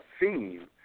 theme